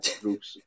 groups